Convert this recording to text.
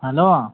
hello